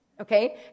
Okay